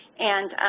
and,